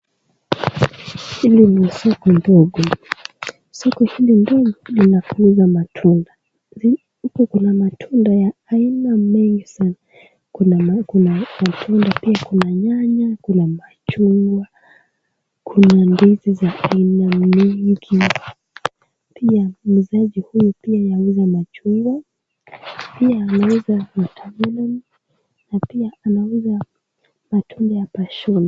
Hili ni soko dogo. Soko hili linafanya matunda. Ziko kuna matunda ya aina mengi sana. Kuna kuna matunda pia kuna nyanya, kuna machungwa. Kuna ndizi za aina nyingi. Pia muuzaji huyu pia yauza machungwa. Pia anaweza na tangawizi na pia anauza matunda ya passion.